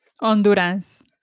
Honduras